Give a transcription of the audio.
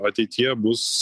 ateityje bus